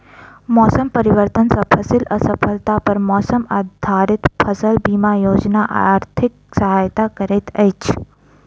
मौसम परिवर्तन सॅ फसिल असफलता पर मौसम आधारित फसल बीमा योजना आर्थिक सहायता करैत अछि